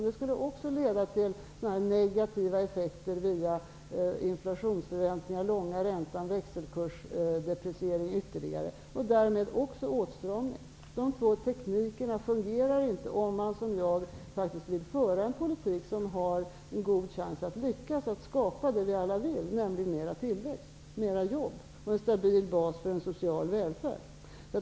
Den skulle också leda till negativa effekter genom inflationsförväntningar, lång ränta och ytterligare växelkursdepreciering - och därmed en åtstramning. De här två teknikerna fungerar inte om man, i likhet med mig, faktiskt vill föra en politik som har en god chans att lyckas med att skapa vad vi alla vill ha, nämligen mer av tillväxt och jobb samt en stabil bas för en social välfärd.